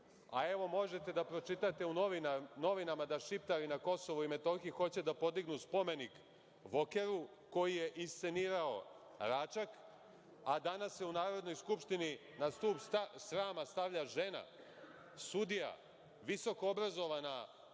a evo možete da pročitate u novinama da šiptari na Kosovu i Metohiji hoće da podignu spomenik Vokeru koji je inscenirao Račak, a danas se u Narodnoj skupštini na stub srama stavlja žena, sudija, visoko obrazovana